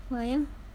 why eh